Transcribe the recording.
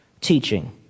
teaching